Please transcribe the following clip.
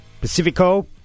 Pacifico